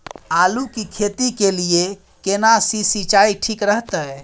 आलू की खेती के लिये केना सी सिंचाई ठीक रहतै?